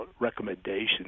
recommendations